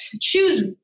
Choose